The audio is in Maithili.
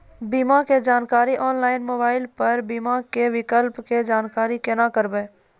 बीमा के जानकारी ऑनलाइन मोबाइल पर बीमा के विकल्प के जानकारी केना करभै?